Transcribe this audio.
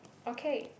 okay